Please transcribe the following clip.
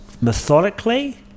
methodically